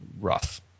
rough